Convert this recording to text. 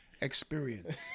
experience